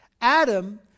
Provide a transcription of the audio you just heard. Adam